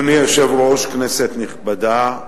כנסת נכבדה,